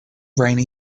rainy